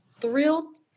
thrilled